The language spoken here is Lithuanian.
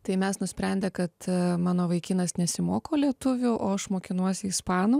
tai mes nusprendę kad mano vaikinas nesimoko lietuvių o aš mokinuosi ispanų